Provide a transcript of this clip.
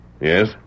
Yes